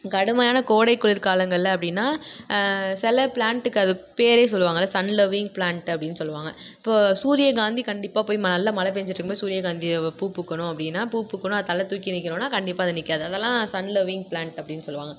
கடுமையான கோடை குளிர் காலங்களில் அப்படின்னா சில ப்ளாண்ட்டுக்கு அது பேரே சொல்வாங்கள்ல சன் லவ்விங் ப்ளாண்ட்டு அப்படின்னு சொல்வாங்க இப்போது சூரியகாந்தி கண்டிப்பாக போய் ம நல்ல மழை பேய்ஞ்சிட்டு இருக்கும் போது சூரியகாந்திய பூ பூக்கணும் அப்படின்னா பூ பூக்கணும்ன்னா அது தலை தூக்கி நிற்கணுன்னா கண்டிப்பாக அது நிற்காது அதெல்லாம் சன் லவ்விங் ப்ளாண்ட் அப்படின்னு சொல்வாங்க